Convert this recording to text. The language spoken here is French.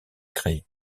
créée